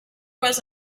was